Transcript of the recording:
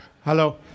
hello